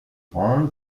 grande